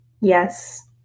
Yes